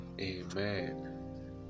Amen